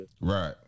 Right